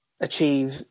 achieve